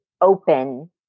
open